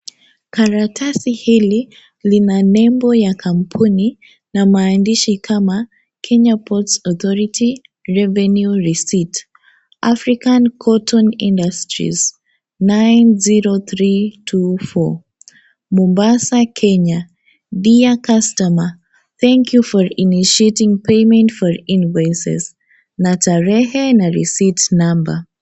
Karatasi hili lina nembo ya kampuni na maandishi kama Kenya Ports Authority,(cs)revenue receipt. African cotton industries 90324,Mombasa Kenya .Dear customer, Thank you initiating payment for invoices.(cs)Na tarehe na risiti namba